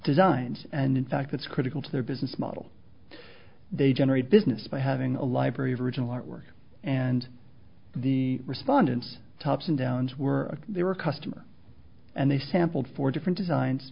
designs and in fact that's critical to their business model they generate business by having a library of original artwork and the respondents tops and downs were they were customer and they sampled for different designs